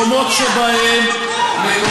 מקומות שבהם,